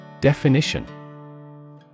Definition